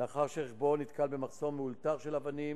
לאחר שרכבו נתקל במחסום מאולתר של אבנים,